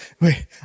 wait